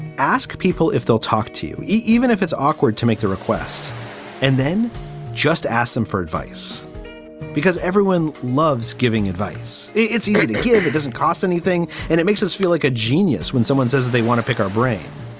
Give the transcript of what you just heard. ask people if they'll talk to you, even if it's awkward to make the request and then just ask them for advice because everyone loves giving advice. it's easy to give. it doesn't cost anything. and it makes us feel like a genius when someone says they want to pick our brain.